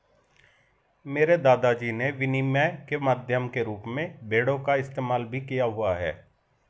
मेरे दादा जी ने विनिमय के माध्यम के रूप में भेड़ों का इस्तेमाल भी किया हुआ है